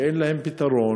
שאין להם פתרון.